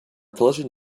collision